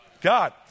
God